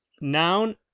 Noun